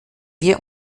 wir